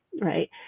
right